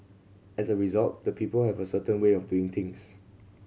as a result the people have a certain way of doing things